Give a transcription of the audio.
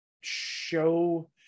show